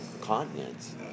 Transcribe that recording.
continents